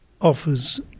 offers